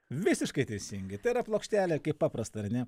visiškai teisingai tai yra plokštelė kaip paprasta ar ne